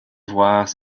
voir